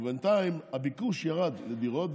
אבל בינתיים הביקוש לדירות ירד,